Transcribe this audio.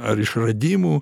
ar išradimų